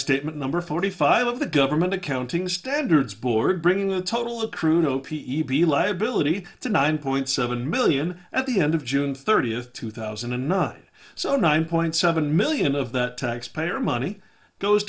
statement number forty five of the government accounting standards board bringing the total of crew no p e b liability to nine point seven million at the end of june thirtieth two thousand and nine so nine point seven million of that taxpayer money goes